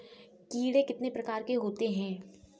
कीड़े कितने प्रकार के होते हैं?